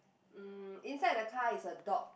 mm inside the car is a dog